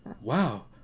Wow